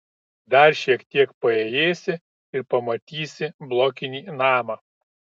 dar šiek tiek paėjėsi ir pamatysi blokinį namą